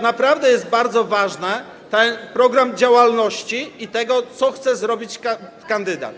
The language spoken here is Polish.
naprawdę jest bardzo ważne, ten program działalności i to, co chce zrobić kandydat.